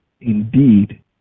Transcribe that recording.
Indeed